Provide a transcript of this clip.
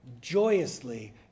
joyously